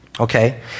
Okay